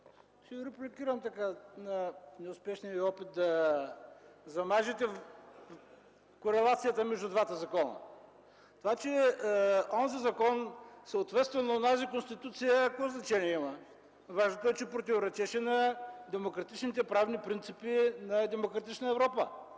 ще репликирам така неуспешния Ви опит да замажете корелацията между двата закона. Това, че онзи закон съответства на онази Конституция какво значение има? Важното е, че противоречеше на демократичните правни принципи на демократична Европа,